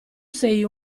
sei